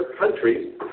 countries